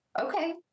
okay